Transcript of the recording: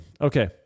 Okay